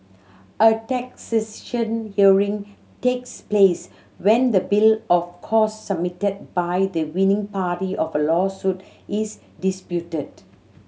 a hearing takes place when the bill of costs submitted by the winning party of a lawsuit is disputed